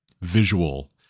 visual